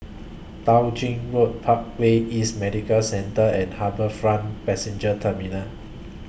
Tao Ching Road Parkway East Medical Centre and HarbourFront Passenger Terminal